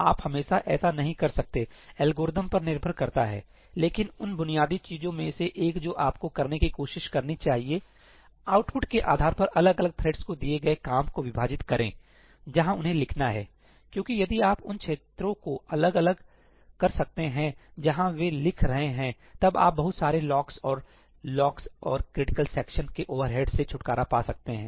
आप हमेशा ऐसा नहीं कर सकते एल्गोरिथ्म पर निर्भर करता है लेकिन उन बुनियादी चीजों में से एक जो आपको करने की कोशिश करनी चाहिए आउटपुट के आधार पर अलग अलग थ्रेड्स को दिए गए काम को विभाजित करें जहां उन्हें लिखना है क्योंकि यदि आप उन क्षेत्रों को अलग कर सकते हैं जहां वे लिख रहे हैं तब आप बहुत सारे लॉक्स और लॉक और क्रिटिकल सेक्शन के ओवरहेड से छुटकारा पा सकते हैं